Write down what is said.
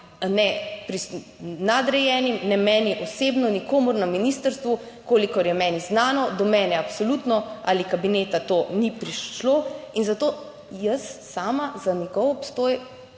ne nadrejenim, ne meni osebno, nikomur na ministrstvu, kolikor je meni znano. Do mene absolutno, ali kabineta to ni prišlo in zato jaz sama za njegov obstoj